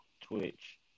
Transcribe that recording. Twitch